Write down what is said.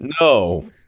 No